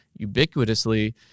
ubiquitously